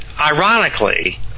Ironically